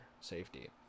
safety